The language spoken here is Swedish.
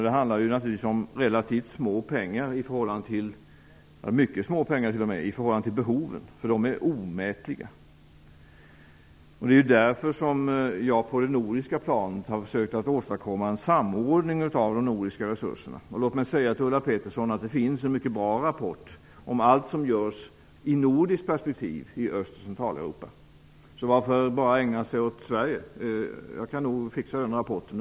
Det handlar om mycket små pengar i förhållande till behoven, som är omätliga. Det är därför som jag på det nordiska planet har försökt åstadkomma en samordning av de nordiska resurserna. Det finns, Ulla Pettersson, en mycket bra rapport om allt som görs i nordiskt perspektiv i Öst och Centraleuropa. Så varför bara ägna sig åt Sverige? Jag kan nog fixa den rapporten.